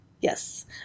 Yes